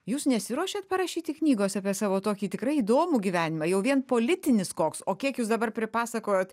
jūs nesiruošiat parašyti knygos apie savo tokį tikrai įdomų gyvenimą jau vien politinis koks o kiek jūs dabar pripasakojot